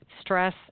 Stress